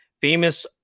famous